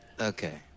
Okay